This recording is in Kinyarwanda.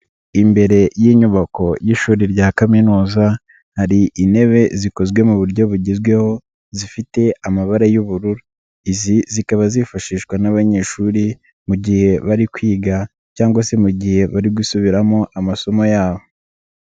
Imbere y'inyubako y'ishuri rya kaminuza hari intebe zikozwe mu buryo bugezweho zifite amabara y'ubururu. Izi zikaba zifashishwa n'abanyeshuri mu gihe bari kwiga cyangwa se mu gihe bari gusubiramo amasomo yabo.